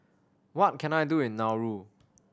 what can I do in Nauru